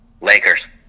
Lakers